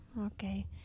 okay